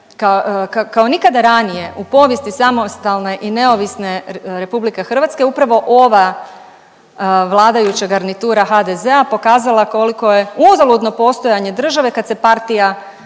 kao nikada ranije u povijesti samostalne i neovisne RH upravo ova vladajuća garnitura HDZ-a pokazala koliko je uzaludno postojanje države kad se partija